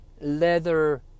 leather